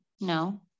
no